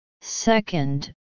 Second